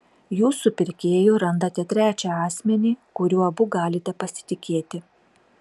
jūs su pirkėju randate trečią asmenį kuriuo abu galite pasitikėti